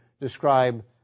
describe